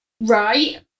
right